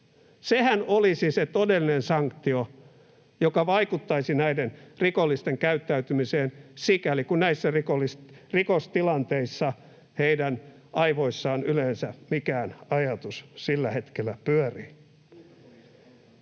Sehän olisi se todellinen sanktio, joka vaikuttaisi näiden rikollisten käyttäytymiseen, sikäli kuin näissä rikostilanteissa heidän aivoissaan yleensä mikään ajatus sillä hetkellä pyörii.